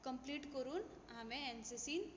complete करून हांवें एनसीसीन